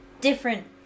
different